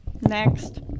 next